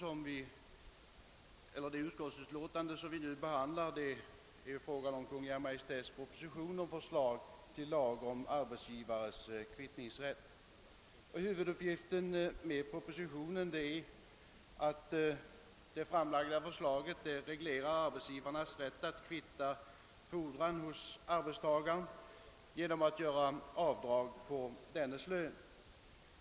Det föreliggande utskottsutlåtandet behandlar Kungl. Maj:ts proposition med förslag till lag om arbetsgivares kvittningsrätt. Huvudavsikten med lagförslaget är att reglera arbetsgivarens rätt att kvitta fordran hos arbetstagare genom att göra avdrag på dennes lön.